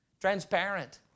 transparent